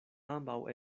ambaŭ